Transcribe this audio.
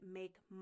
make